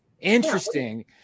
Interesting